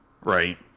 right